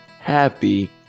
Happy